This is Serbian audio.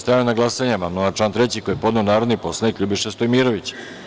Stavljam na glasanje amandman na član 3. koji je podneo narodni poslanik LJubiša Stojmirović.